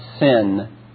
Sin